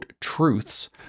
truths